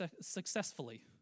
successfully